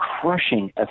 crushing